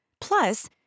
Plus